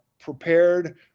prepared